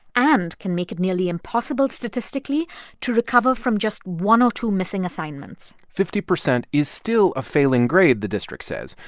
and can make it nearly impossible statistically to recover from just one or two missing assignments fifty percent is still a failing grade, the district says,